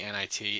NIT